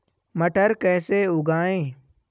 मटर कैसे उगाएं?